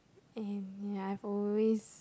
and ya I've always